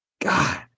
God